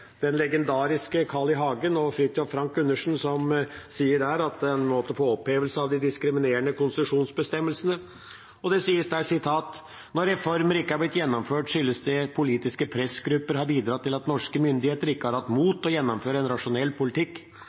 den legendariske Carl I. Hagen og Fridtjof Frank Gundersen som sier at en må få opphevelse av de diskriminerende konsesjonsbestemmelsene. Det sies der: «Når reformene ikke er blitt gjennomført, skyldes dette at politiske pressgrupper har bidratt til at norske myndigheter ikke har hatt mot til å gjennomføre en rasjonell politikk.